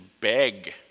beg